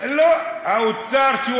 האוצר,